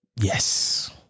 yes